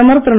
பிரதமர் திரு